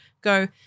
go